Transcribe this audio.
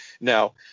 Now